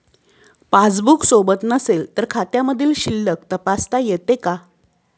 Passbook सोबत नसेल तर खात्यामधील शिल्लक तपासता येते का?